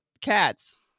cats